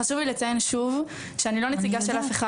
חשוב לי לציין שאני לא נציגה של אף אחד,